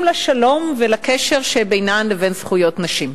לשלום ולקשר שבינם לבין זכויות נשים.